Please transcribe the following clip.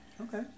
Okay